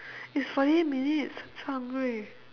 it's forty eight minutes so hungry